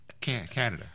Canada